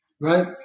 right